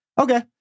okay